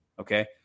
Okay